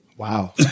Wow